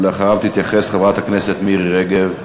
ואחריו תתייחס חברת הכנסת מירי רגב.